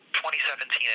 2017